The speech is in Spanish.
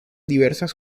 diversas